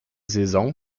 saison